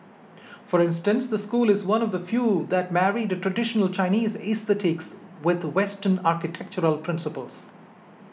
for instance the school is one of the few that married traditional Chinese aesthetics with Western architectural principles